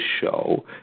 show